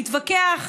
להתווכח,